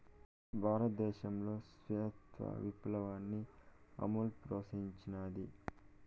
భారతదేశంలో శ్వేత విప్లవాన్ని అమూల్ ప్రోత్సహించినాది